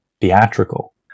theatrical